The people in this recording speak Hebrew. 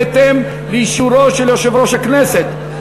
בהתאם לאישורו של יושב-ראש הכנסת,